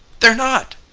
they're not!